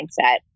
mindset